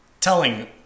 telling